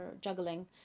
juggling